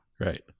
right